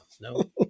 No